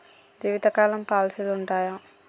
జీవితకాలం పాలసీలు ఉంటయా?